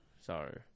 Sorry